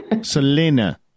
Selena